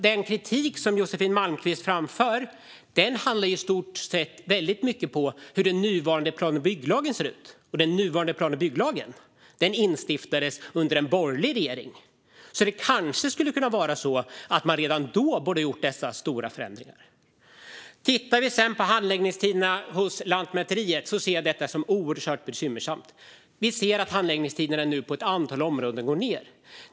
Den kritik som Josefin Malmqvist framför handlar till stor del om hur den nuvarande plan och bygglagen ser ut, och den lagen instiftades under en borgerlig regering. Kanske borde man redan då ha gjort dessa stora förändringar? Detta med handläggningstiderna hos Lantmäteriet ser jag som oerhört bekymmersamt. Vi ser att handläggningstiderna nu på ett antal områden går ned.